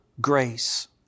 grace